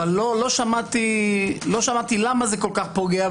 אבל לא שמעתי למה זה כל כך פוגע,